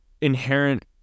inherent